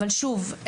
אבל שוב,